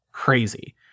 Crazy